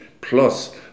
plus